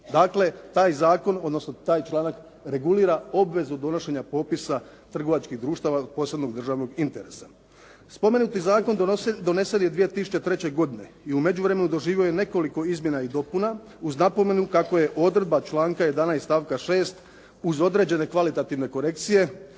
Dakle, taj zakon odnosno taj članak regulira obvezu donošenja Popisa trgovačkih društava od posebnog državnog interesa. Spomenuti zakon donesen je 2003. godine i u međuvremenu doživio je nekoliko izmjena i dopuna, uz napomenu kako je odredba članka 11. stavka 6. uz određene kvalitativne korekcije